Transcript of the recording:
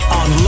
on